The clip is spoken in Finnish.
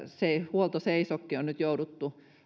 huoltoseisokki on nyt jouduttu